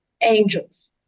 angels